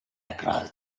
across